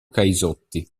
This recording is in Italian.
caisotti